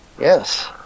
Yes